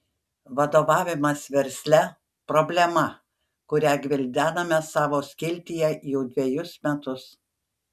vadovavimas versle problema kurią gvildename savo skiltyje jau dvejus metus